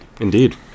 Indeed